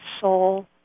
soul